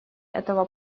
этого